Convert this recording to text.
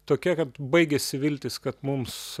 tokia kad baigėsi viltys kad mums